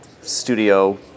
studio